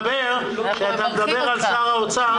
כשאתה מדבר על שר האוצר,